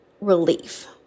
relief